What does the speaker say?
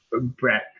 Brett